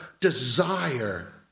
desire